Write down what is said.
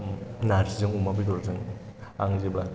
नारजिजों अमा बेदरजों आं जेब्ला